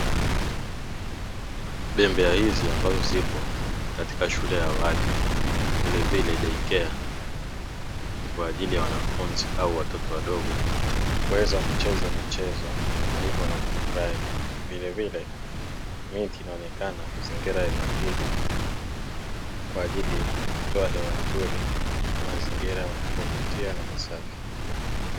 Bembea hizi ambazo zipo katika shule ya awali vilevile deikea ni kwaajili ya wanafunzi au watoto wadogo kuweza kucheza michezo hivo na kufurahi, vilevile miti inaonekana kuzingira eneo hili kwaajili ya kutoa hewa nzuri na mazingira ya kuvutia na masafi.